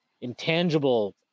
intangible